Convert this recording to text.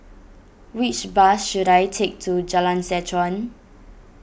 which bus should I take to Jalan Seh Chuan